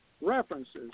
references